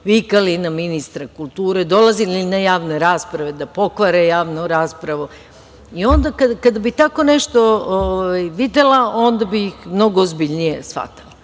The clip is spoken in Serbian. vikali na ministra kulture, dolazili na javne rasprave da pokvare javnu raspravu. Kada bi tako nešto videla, onda bi ih mnogo ozbiljnije shvatala,